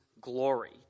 glory